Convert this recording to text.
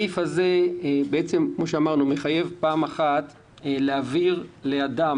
תקנת המשנה הזאת מחייבת להעביר לאדם